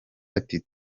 ati